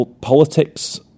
politics